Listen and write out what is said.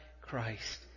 Christ